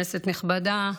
כנסת נכבדה,